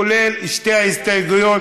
כולל שתי ההסתייגויות